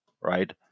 right